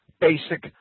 basic